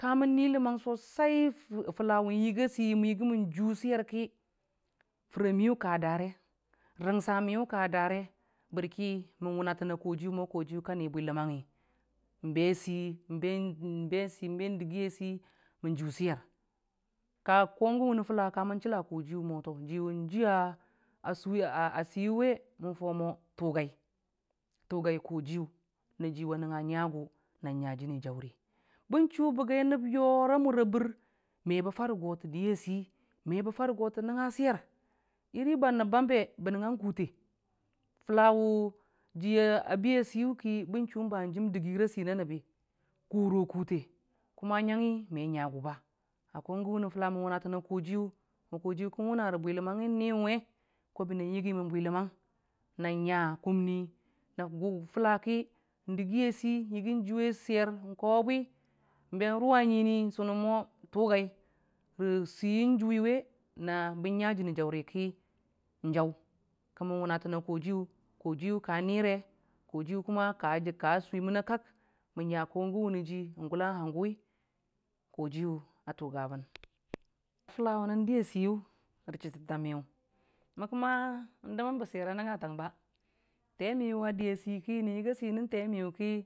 Ka mən nui ləməng fula nyəgi a sei ki furi a miyʊ ka dare rəngsa miyu ka da re ki mən wuna təna kojiyʊ mo kən wʊna nbe sei be dəgi sei mən jʊ swer gən wʊnə fula kamən chəla kojiyʊ mo juwi a seiyi we mən fam mo tugai, tugari kojiyu na jiwa nəngnga ngaga na nya jəni jaurin bən chu bəgai nəb gore a bər me bə fare go tə diya sei mebə fare go tə diya sei mebə fare go tə nəngnga swer iri bam nəb banbe ji a bi a seiki hanjim kadi dəgire a kʊna nəbbi kuro kute nyangngi me nyagu ba a ko gən wʊne fula mən wunatəna kojiyu mo kojiyu tugai kən wʊna rə bwi ləmangngi niyu we mo yəgi mən bwiləmangngi nan nga kumni na gʊ fula ki dəgi a sei nkawebwi nbe rʊwa nyuini mo kən wʊna mo tʊgai nyən kən ni kumni gərən bən nga jəni jauri ki nan jau mən wʊna lən kojiyʊ kojiyʊ ka nire kojiyʊ ka siməna kak a ko gən mʊna ji gul a handʊwi kojiyʊ a wgabən fula wʊnən di a seiya chətəmiyʊ me dəmənbe swer a nəngngatang ba temiyʊ a diya sei ki nən yəgi a sei nən te miyu ki.